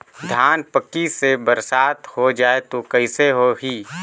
धान पक्की से बरसात हो जाय तो कइसे हो ही?